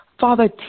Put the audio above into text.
Father